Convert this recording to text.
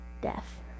death